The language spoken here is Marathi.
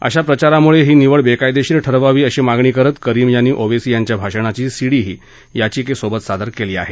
अशा प्रचारामुळे ही निवड बेकायदेशीर ठरवावी अशी मागणी करत करीम यांनी ओवेसी यांच्या भाषणाची सीडीही याचिकेसोबत सादर केली आहे